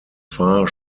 far